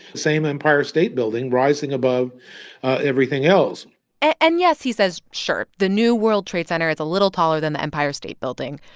same empire state building rising above everything else and, yes, he says, sure, the new world trade center is a little taller than the empire state building.